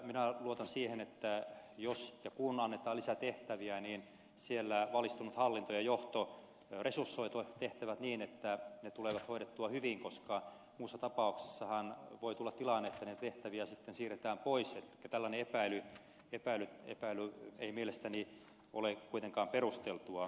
minä luotan siihen että jos ja kun annetaan lisää tehtäviä niin siellä valistunut hallinto ja johto resursoivat tehtävät niin että ne tulee hoidettua hyvin koska muussa tapauksessahan voi tulla tilanne että tehtäviä sitten siirretään pois joten tällainen epäily ei mielestäni ole kuitenkaan perusteltua